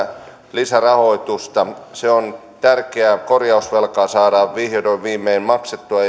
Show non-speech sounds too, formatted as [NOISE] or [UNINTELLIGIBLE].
lisärahoitusta se on tärkeää korjausvelkaa saadaan vihdoin viimein maksettua [UNINTELLIGIBLE]